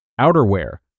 outerwear